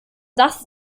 das